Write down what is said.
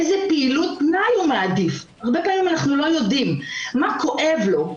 איזו פעילות פנאי הוא מעדיף הרבה פעמים אנחנו לא יודעים מה כואב לו,